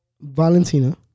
Valentina